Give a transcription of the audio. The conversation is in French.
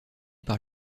par